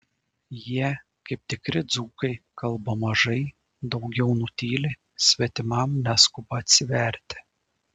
jie kaip tikri dzūkai kalba mažai daugiau nutyli svetimam neskuba atsiverti